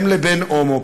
אם לבן הומו,